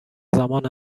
زمان